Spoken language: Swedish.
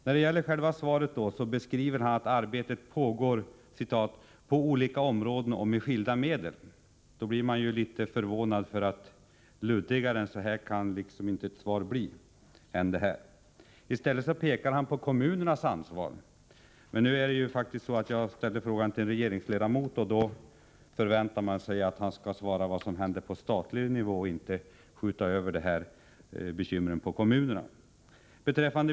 I interpellationssvaret säger civilministern att arbetet pågår ”på olika områden och med skilda medel”. Detta förvånar mig litet grand, eftersom ett svar inte kan bli luddigare än detta. Civilministern pekar i stället på kommunernas ansvar. Jag ställde emellertid frågan till en regeringsledamot, och då förväntar jag mig att han skall tala om vad som händer på statlig nivå och inte skjuta över bekymren på kommunerna.